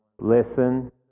listen